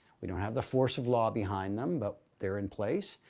we don't have the force of law behind them but they're in place.